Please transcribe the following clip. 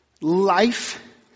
life